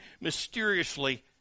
mysteriously